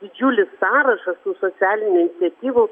didžiulis sąrašas tų socialinių iniciatyvų